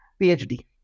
PhD